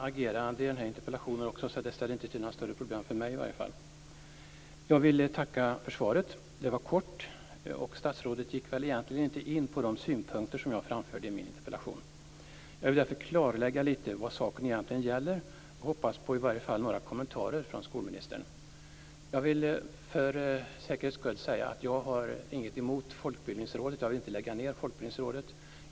Fru talman! Jag vill tacka för svaret. Det var kort, och statsrådet gick egentligen inte in på de synpunkter som jag framförde i min interpellation. Jag vill därför klarlägga vad saken gäller och hoppas på i varje fall några kommentarer från skolministern. Jag vill för säkerhets skull säga att jag inte har något emot Folkbildningsrådet. Jag vill inte att Folkbildningsrådet skall läggas ned.